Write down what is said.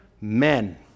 men